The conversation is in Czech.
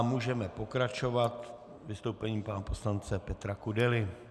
Můžeme pokračovat vystoupením pana poslance Petra Kudely.